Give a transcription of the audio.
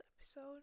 episode